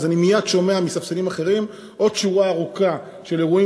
אני מייד שומע מספסלים אחרים עוד שורה ארוכה של אירועים